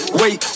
wait